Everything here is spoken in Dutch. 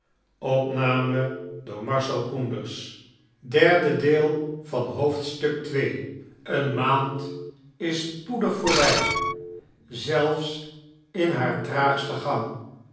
eene maand is spoedig voorbij zelfe in haar traagsten gang